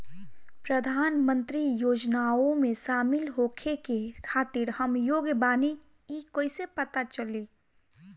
प्रधान मंत्री योजनओं में शामिल होखे के खातिर हम योग्य बानी ई कईसे पता चली?